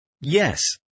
Yes